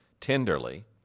tenderly